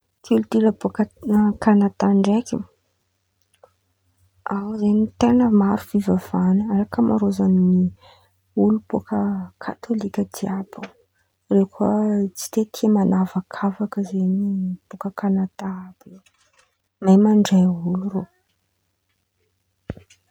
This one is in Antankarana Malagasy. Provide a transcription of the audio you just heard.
Kilitiora bôka Kanada ndraiky, ao zen̈y ten̈a maro fivavahan̈a. Ankamarôzan̈y olo bôka katôlika jiàby, irô kà tsy de tia man̈avakavaka zen̈y bôka Kanada àby io, mahay mandray olo irô.